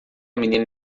menina